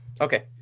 Okay